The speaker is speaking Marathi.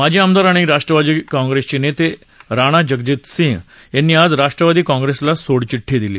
माजी मदार णि राष्ट्रवादी काँग्रेचे नेते राणा जगजीत सिंह यांनी ज राष्ट्रवादी काँग्रेसला सोडचिट्ठी दिली